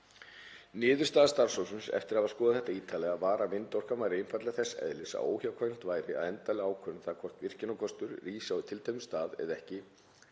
Niðurstaða starfshópsins eftir að hafa skoðað þetta ítarlega var að vindorkan væri einfaldlega þess eðlis að óhjákvæmilegt væri að endanleg ákvörðun um það hvort virkjunarkostur rísi á tilteknum stað eða ekki